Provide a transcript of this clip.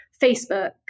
Facebook